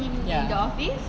ya